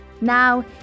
Now